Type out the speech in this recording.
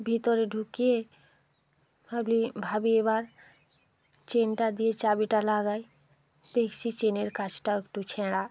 ভিতরে ঢুকিয়ে ভাবলি ভাবি এবার চেনটা দিয়ে চাবিটা লাগাই দেখছি চেনের কাছটা একটু ছেঁড়া